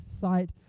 site